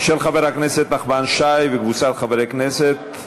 של חבר הכנסת נחמן שי וקבוצת חברי כנסת.